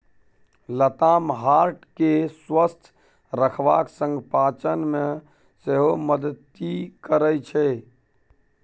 लताम हार्ट केँ स्वस्थ रखबाक संग पाचन मे सेहो मदति करय छै